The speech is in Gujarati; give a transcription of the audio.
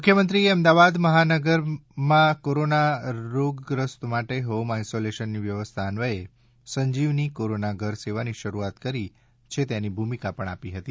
મુખ્યમંત્રીશ્રીએ અમદાવાદ મહાનગરમાં કોરોના રોગગ્રસ્તો માટે હોમ આઇસોલેશનની વ્યવસ્થા અન્વયે સંજીવની કોરોના ઘર સેવાની શરૂઆત કરી છે તેની ભૂમિકા આપી હતી